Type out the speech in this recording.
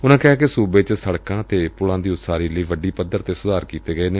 ਉਨਾਂ ਕਿਹਾ ਕਿ ਸੁਬੇ ਚ ਸੜਕਾਂ ਅਤੇ ਪੁਲਾਂ ਦੀ ਉਸਾਰੀ ਲਈ ਵੱਡੀ ਪੱਧਰ ਤੇ ਸੁਧਾਰ ਕੀਤੇ ਗਏ ਨੇ